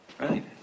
Right